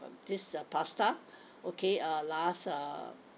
this uh pasta okay uh last uh